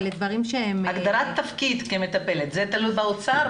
הגדרת תפקיד של מטפלת, זה תלוי באוצר?